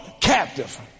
captive